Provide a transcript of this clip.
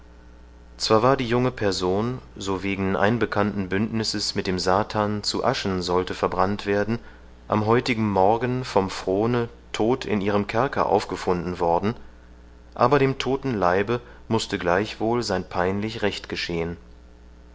zwar war die junge person so wegen einbekannten bündnisses mit dem satan zu aschen sollte verbrannt werden am heutigen morgen vom frone todt in ihrem kerker aufgefunden worden aber dem todten leibe mußte gleichwohl sein peinlich recht geschehen